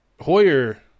Hoyer